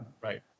Right